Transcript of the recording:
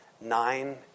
Nine